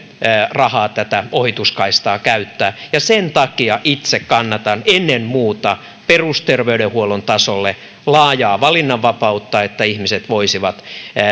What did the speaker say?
rahaa tätä ohituskaistaa käyttää sen takia itse kannatan ennen muuta perusterveydenhuollon tasolle laajaa valinnanvapautta että ihmiset voisivat